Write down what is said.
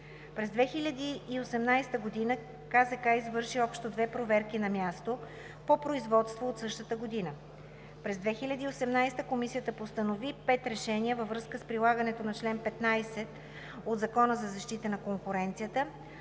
През 2018 г. КЗК извърши общо две проверки на място по производство от същата година. През 2018 г. Комисията постанови пет решения във връзка с прилагането на чл. 15 от Закона за защита на конкуренцията